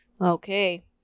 Okay